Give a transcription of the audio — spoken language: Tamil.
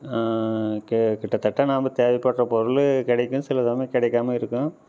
கி கிட்டத்தட்ட நாம் தேவைப்படுற பொருள் கிடைக்கும் சிலது வந்து கிடைக்காம இருக்கும்